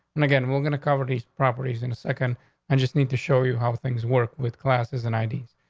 and again, we're gonna cover these properties in a second and just need to show you how things work with classes and i d.